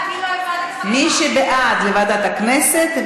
מי שבעד, לוועדת הכנסת.